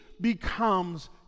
becomes